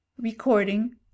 Recording